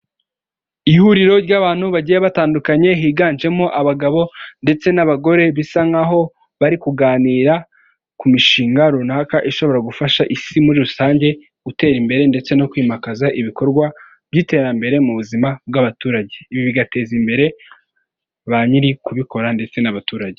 Ihuriro ry'abantu bagiye batandukanye, higanjemo abagabo ndetse n'abagore bisa nkaho bari kuganira ku mishinga runaka ishobora gufasha Isi muri rusange gutera imbere ndetse no kwimakaza ibikorwa by'iterambere mu buzima bw'abaturage, ibi bigateza imbere ba nyiri kubikora ndetse n'abaturage.